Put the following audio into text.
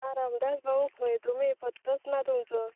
आं रामदास भाऊ खंय तुमी पत्तोच ना तुमचो